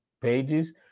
pages